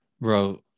bro